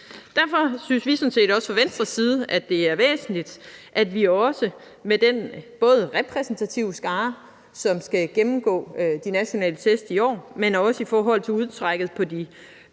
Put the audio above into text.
Derfor synes vi sådan set også fra Venstres side, og det er væsentligt, også med den både repræsentative skare, som skal gennemgå de nationale test i år, men også i forhold til udtrækket på de